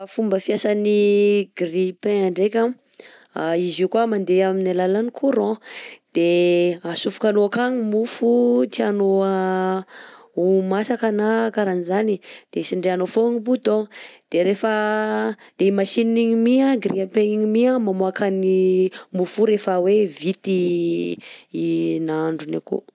Fomba fiasan'ny grille-pain ndreka izy io koà mandeha amin'ny alalan'ny courant, de atsofokanao akagny mofo tianao ho masaka na karanjany, de tsindrianao fogna bouton, de rehefa de i machine igny mi a grille-pain igny mi mamoakan'ny mofo io rehefa hoe vita i nahandrony akao.